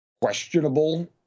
questionable